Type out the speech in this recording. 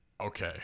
Okay